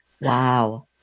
Wow